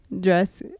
Dress